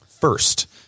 first